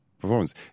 performance